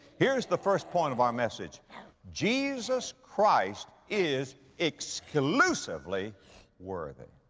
here's the first point of our message jesus christ is exclusively worthy.